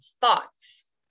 thoughts